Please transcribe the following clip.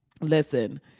Listen